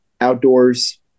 outdoors